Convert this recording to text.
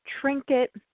trinket